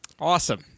Awesome